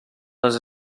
les